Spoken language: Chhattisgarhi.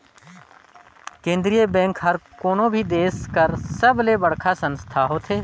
केंद्रीय बेंक हर कोनो भी देस कर सबले बड़खा संस्था होथे